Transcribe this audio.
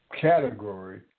category